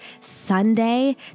Sunday